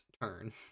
turn